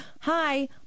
hi